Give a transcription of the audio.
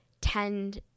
tend